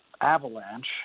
avalanche